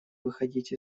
выходить